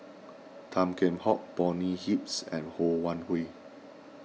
Tan Kheam Hock Bonny Hicks and Ho Wan Hui